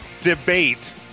debate